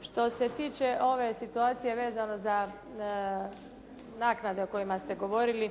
Što se tiče ove situacije vezano za naknade o kojima ste govorili